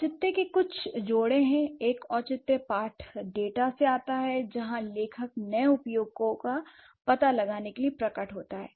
औचित्य के कुछ जोड़े हैं एक औचित्य पाठ डेटा से आता है जहां लेखक नए उपयोगों का पता लगाने के लिए प्रकट होता है